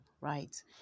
right